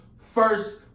first